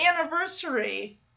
anniversary